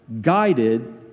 guided